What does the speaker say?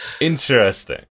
Interesting